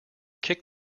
kicked